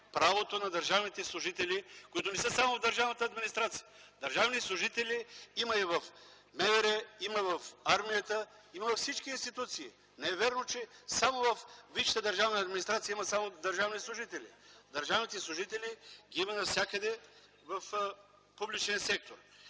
правото на държавните служители, които не са само в държавната администрация”. Държавни служители има и в МВР, и в армията, и във всички институции. Не е вярно, че само във висшата държавна администрация има държавни служители. Държавни служители има навсякъде в публичния сектор.